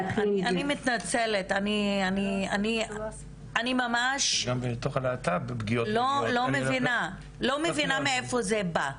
אני מתנצלת, אני ממש לא מבינה מאיפה זה בא.